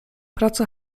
praca